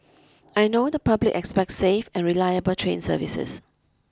I know the public expects safe and reliable train services